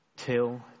Till